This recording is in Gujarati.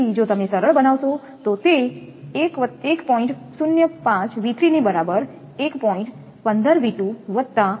તેથી જો તમે સરળ બનાવશો તો તે 1